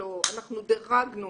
אנחנו דרגנו